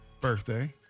birthday